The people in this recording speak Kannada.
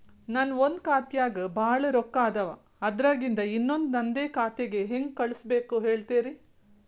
ನನ್ ಒಂದ್ ಖಾತ್ಯಾಗ್ ಭಾಳ್ ರೊಕ್ಕ ಅದಾವ, ಅದ್ರಾಗಿಂದ ಇನ್ನೊಂದ್ ನಂದೇ ಖಾತೆಗೆ ಹೆಂಗ್ ಕಳ್ಸ್ ಬೇಕು ಹೇಳ್ತೇರಿ?